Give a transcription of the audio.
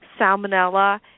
salmonella